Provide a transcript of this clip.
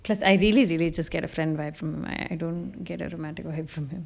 plus I really really just get a friend right from my I don't get a romantic life from him